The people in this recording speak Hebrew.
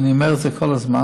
ואני אומר את זה כל הזמן,